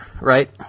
right